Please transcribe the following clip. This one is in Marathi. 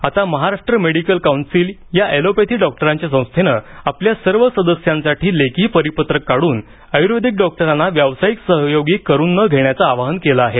आता महाराष्ट्र मेडिकल कौन्सिल या ऍलोपॅथी डॉक्टरांच्या संस्थेनं आपल्या सर्व सदस्यांसाठी लेखी परिपत्रक काढून आयुर्वेदिक डॉक्टरांना व्यावसायिक सहयोगी करून न घेण्याचं आवाहन केलं आहे